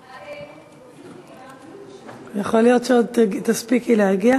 ההצעה להעביר את הצעת חוק זכויות נפגעי עבירה